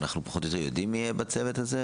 אנחנו פחות או יותר יודעים מי יהיה בצוות הזה,